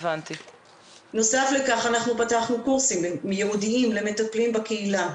נוסף לכך אנחנו פתחנו קורסים ייעודיים למטפלים בקהילה,